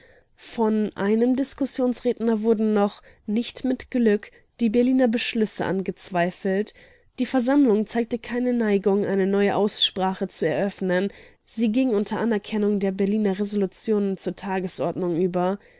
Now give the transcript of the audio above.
von einem diskussionsredner wurden noch nicht mit glück die berliner beschlüsse angezweifelt die versammlung zeigte keine neigung eine neue aussprache zu eröffnen sie ging unter anerkennung der berliner resolutionen zur tagesordnung über